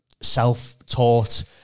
self-taught